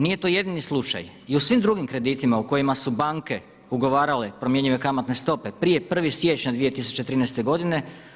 Nije to jedini slučaj i u svim drugim kreditima u kojima su banke ugovarale promjenjive kamatne stope prije 1. siječnja 2013. godine.